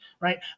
right